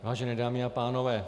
Vážené dámy a pánové.